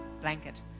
blanket